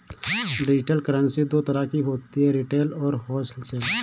digital currency दो तरह की होती है रिटेल और होलसेल